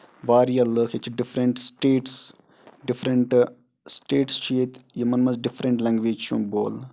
واریاہ لُکھ ییٚتہِ چھِ ڈِفرنٹ سِٹیٹٕس ڈِفرنٹ سِٹیٹٕس چھِ ییٚتہِ یِمن منٛز ڈِفرنٹ لینگویج چھِ یِوان بولنہٕ